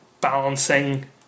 balancing